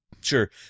Sure